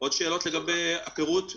עוד שאלות לגבי הפירוט?